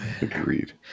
Agreed